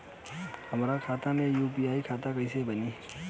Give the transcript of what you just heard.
हमार खाता यू.पी.आई खाता कइसे बनी?